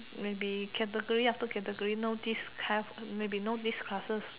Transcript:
may be category after category no this class may be no this classes